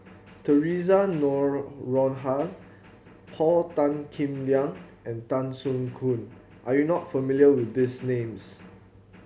Theresa Noronha Paul Tan Kim Liang and Tan Soo Khoon are you not familiar with these names